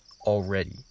already